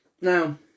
Now